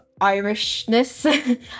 irishness